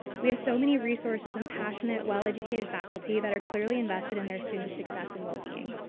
we have so many resources and passionate well educated faculty that are clearly invested in their students success and well being.